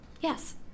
Yes